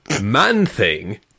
Man-Thing